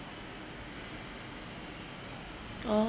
oh